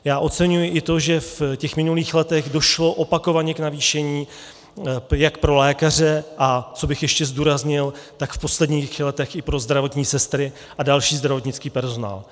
Já oceňuji i to, že v těch minulých letech došlo opakovaně k navýšení jak pro lékaře, a co bych ještě zdůraznil, tak v posledních letech i pro zdravotní sestry a další zdravotnický personál.